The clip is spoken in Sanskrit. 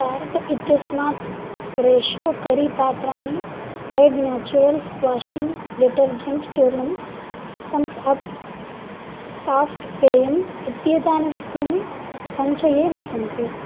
कार्ट् इत्यस्मात् फ्रेशो करी पत्राणि टैड् नाचुरल्स् वाशिङ्ग् डिटर्जेण्ट् चूर्णम् तम्सप् साफ्ट् पेयम् इत्येतानि वस्तूनि सञ्चये न सन्ति